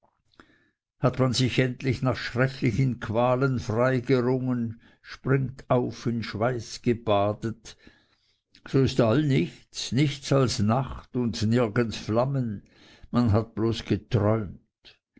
hat man sich endlich nach schrecklichen qualen freigerungen springt auf in schweiß gebadet so ist all nichts nichts als nacht und nirgends flammen man hat bloß geträumt